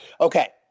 Okay